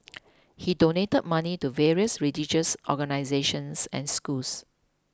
he donate money to various religious organisations and schools